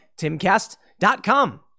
Timcast.com